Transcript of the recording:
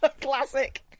Classic